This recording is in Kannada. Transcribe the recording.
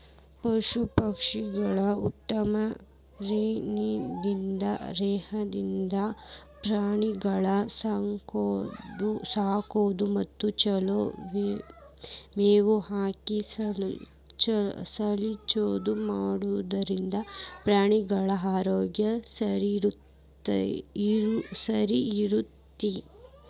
ಪಶು ಸಂಗೋಪನ್ಯಾಗ ಉತ್ತಮ ರೇತಿಯಿಂದ ಪ್ರಾಣಿಗಳ ಸಾಕೋದು ಮತ್ತ ಚೊಲೋ ಮೇವ್ ಹಾಕಿ ಸ್ವಚ್ಛತಾ ಮಾಡಿದ್ರ ಪ್ರಾಣಿಗಳ ಆರೋಗ್ಯ ಸರಿಇರ್ತೇತಿ